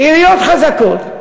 עיריות חזקות,